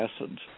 acids